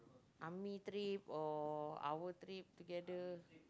army trip or our trip together